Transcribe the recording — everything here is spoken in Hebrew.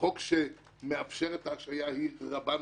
בחוק שמאפשרת את ההשעיה היא רבה מאוד.